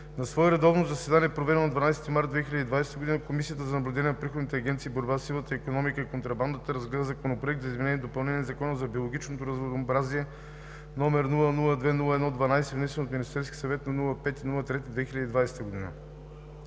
На свое редовно заседание, проведено на 12 март 2020 г., Комисията за наблюдение на приходните агенции и борба със сивата икономика и контрабандата разгледа Законопроект за изменение и допълнение на Закона за биологичното разнообразие, № 002-01-12, внесен от Министерския съвет на 5 март 2020 г.